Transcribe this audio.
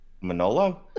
Manolo